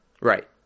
Right